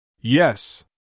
Yes